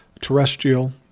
terrestrial